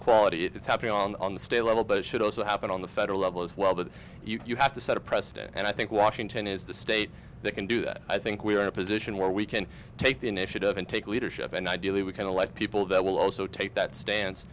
equality it's happening on the state level but it should also happen on the federal level as well that you have to set a precedent and i think washington is the state that can do that i think we're in a position where we can take the initiative and take leadership and ideally we can elect people that will also take that stan